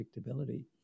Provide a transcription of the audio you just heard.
predictability